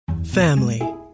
family